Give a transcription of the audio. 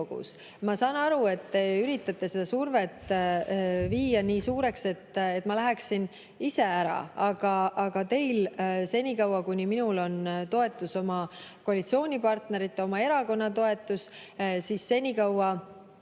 Ma saan aru, et te üritate seda survet viia nii suureks, et ma läheksin ise ära. Aga senikaua, kuni minul on toetus, oma koalitsioonipartnerite, oma erakonna toetus, ma jätkan